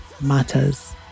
matters